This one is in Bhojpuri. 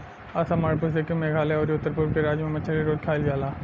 असम, मणिपुर, सिक्किम, मेघालय अउरी उत्तर पूरब के राज्य में मछली रोज खाईल जाला